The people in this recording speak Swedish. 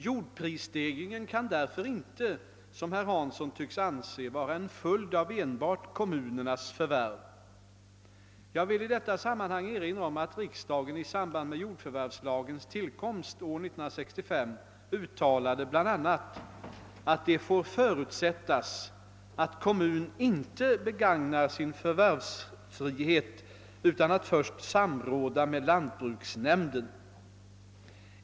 Jordprisstegringen kan därför inte, som herr Hansson tycks anse, vara en följd av enbart kommunernas förvärv. Jag vill i detta sammanhang erinra om att riksdagen i samband med jordförvärvslagens tillkomst år 1965 bl.a. uttalade, att det får förutsättas att kommun inte begagnar sin förvärvsfrihet utan att först samråda med lantbruksnämnden.